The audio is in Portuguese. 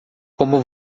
como